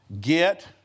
Get